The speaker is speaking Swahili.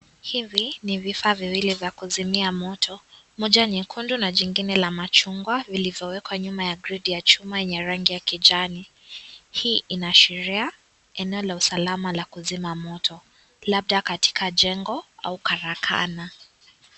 Hivi ni vifaa viwili vya kuzimia moto. Moja nyekundu na jingine la machungwa, vilivyowekwa nyuma ya kreti ya chuma yenye rangi ya kijani. Hii inaashiria, eneo la usalama la kuzima moto. Labda katika jengo au karakana.